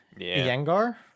Yengar